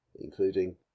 including